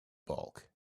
bulk